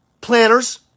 planners